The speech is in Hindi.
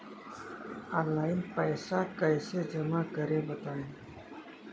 ऑनलाइन पैसा कैसे जमा करें बताएँ?